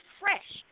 fresh